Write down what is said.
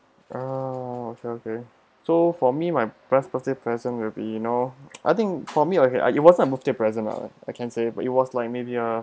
oh okay okay so for me my best birthday present will be you know I think for me okay I it wasn't a birthday present lah I can say but it was like maybe a